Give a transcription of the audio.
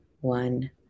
one